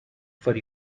for